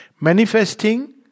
Manifesting